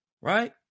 Right